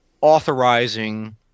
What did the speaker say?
authorizing